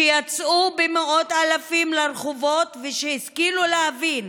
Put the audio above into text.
שיצאו במאות אלפים לרחובות ושהשכילו להבין